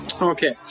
Okay